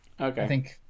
Okay